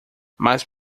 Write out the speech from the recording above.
mas